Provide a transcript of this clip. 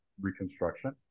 Reconstruction